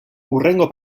hurrengo